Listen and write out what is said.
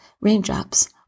raindrops